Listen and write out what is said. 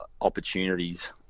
opportunities